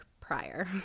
prior